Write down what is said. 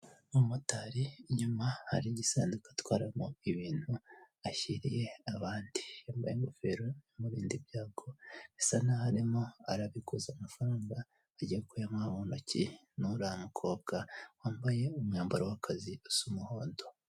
Umumotari inyuma hari igisanzwedu atwaramo ibintu ashyiriye abandi yambaye ingofero mu bindi byago bisana harimo arabikoza amafaranga ajya kumpaha mu ntoki nriya mukobwa wambaye umwambaro w'akazisa umuhondo.